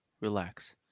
relax